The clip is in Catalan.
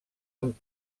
amb